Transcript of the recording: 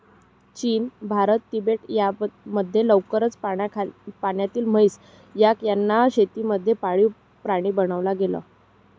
चीन, भारत, तिबेट मध्ये लवकरच पाण्यातली म्हैस, याक यांना शेती मध्ये पाळीव प्राणी बनवला गेल